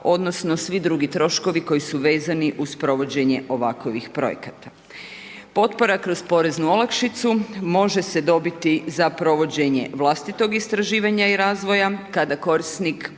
odnosno, svi drugi troškovi koji su vezani uz provođenje ovakvih projekata. Potpora kroz poreznu olakšicu, može se dobiti za provođenje vlastitog istraživanja i razvoja, kada korisnik